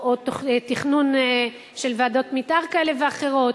או תכנון של ועדות מיתאר כאלה ואחרות,